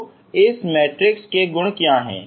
तो इस मैट्रिक्स के गुण क्या हैं